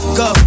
go